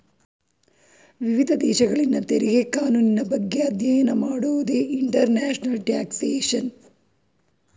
ವಿವಿಧ ದೇಶದಲ್ಲಿನ ತೆರಿಗೆ ಕಾನೂನಿನ ಬಗ್ಗೆ ಅಧ್ಯಯನ ಮಾಡೋದೇ ಇಂಟರ್ನ್ಯಾಷನಲ್ ಟ್ಯಾಕ್ಸ್ಯೇಷನ್